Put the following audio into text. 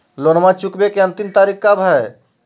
लोनमा चुकबे के अंतिम तारीख कब हय?